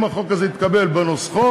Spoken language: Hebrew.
אם החוק הזה יתקבל בנוסחו,